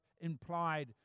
implied